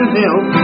help